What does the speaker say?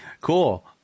Cool